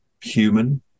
human